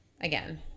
again